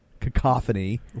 cacophony